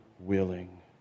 Willing